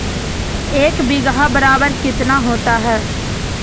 एक बीघा बराबर कितना होता है?